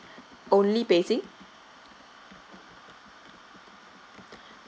only beijing